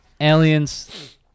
Aliens